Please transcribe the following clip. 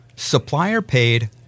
Supplier-paid